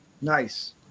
Nice